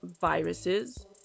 viruses